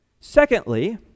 Secondly